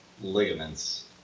Ligaments